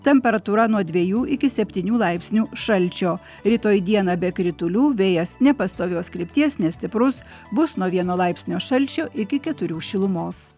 temperatūra nuo dviejų iki septynių laipsnių šalčio rytoj dieną be kritulių vėjas nepastovios krypties nestiprus bus nuo vieno laipsnio šalčio iki keturių šilumos